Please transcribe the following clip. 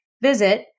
Visit